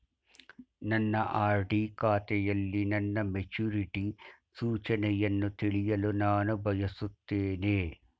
ನನ್ನ ಆರ್.ಡಿ ಖಾತೆಯಲ್ಲಿ ನನ್ನ ಮೆಚುರಿಟಿ ಸೂಚನೆಯನ್ನು ತಿಳಿಯಲು ನಾನು ಬಯಸುತ್ತೇನೆ